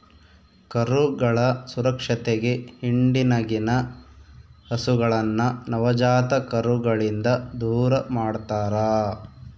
ಕರುಗಳ ಸುರಕ್ಷತೆಗೆ ಹಿಂಡಿನಗಿನ ಹಸುಗಳನ್ನ ನವಜಾತ ಕರುಗಳಿಂದ ದೂರಮಾಡ್ತರಾ